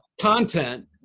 content